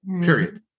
period